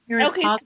Okay